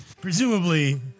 Presumably